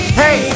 hey